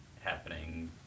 happening